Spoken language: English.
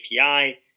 api